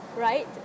right